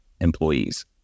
employees